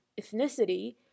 ethnicity